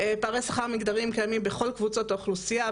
פערי שכר מגדריים קיימים בכל קבוצות האוכלוסייה,